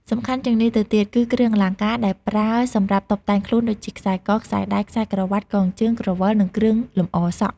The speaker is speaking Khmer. សំខាន់ជាងនេះទៅទៀត គឺគ្រឿងអលង្ការដែលប្រើសម្រាប់តុបតែងខ្លួន ដូចជា ខ្សែក ខ្សែដៃ ខ្សែក្រវាត់ កងជើង ក្រវិល និងគ្រឿងលម្អសក់។